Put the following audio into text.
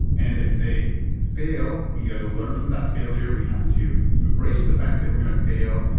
and if they fail, we get to learn from that failure. we have to embrace the fact they we're going to fail.